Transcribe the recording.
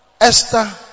Esther